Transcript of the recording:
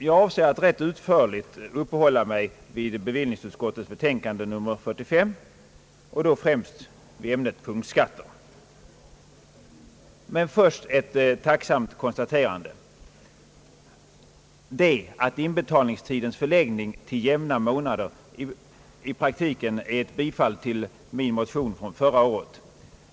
Jag avser att rätt utförligt uppehålla mig vid bevillningsutskottets betänkande nr 45 och främst vid ämnet punktskatter. Men låt mig först tacksamt konstatera, att inbetalningstidens förläggning till jämna månader i praktiken är ett bifall till min motion från förra året.